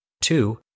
Two